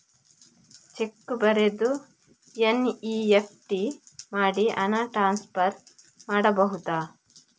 Check ಬರೆದು NEFT ಮಾಡಿ ಹಣ ಟ್ರಾನ್ಸ್ಫರ್ ಮಾಡಬಹುದು?